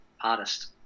artist